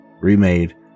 remade